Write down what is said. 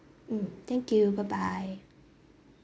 mm thank you bye bye